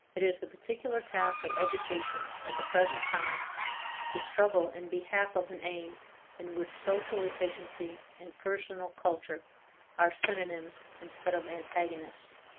it is the particular task of education at the present time to struggle in behalf of an aim in which social efficiency and personal culture are synonyms instead of antagonists.